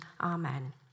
amen